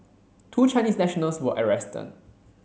two Chinese nationals were arrested